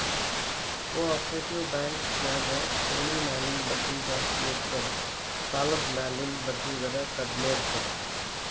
co operative bank ನ್ಯಾಗ ಠೆವ್ಣಿ ಮ್ಯಾಲಿನ್ ಬಡ್ಡಿ ಜಾಸ್ತಿ ಇರ್ತದ ಸಾಲದ್ಮ್ಯಾಲಿನ್ ಬಡ್ಡಿದರ ಕಡ್ಮೇರ್ತದ